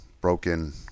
broken